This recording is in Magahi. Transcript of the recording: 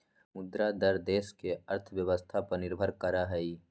मुद्रा दर देश के अर्थव्यवस्था पर निर्भर करा हई